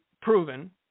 proven